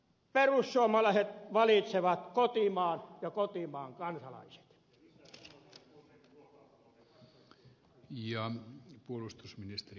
perussuomalaiset valitsevat kotimaan ja kotimaan kansalaiset